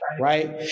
right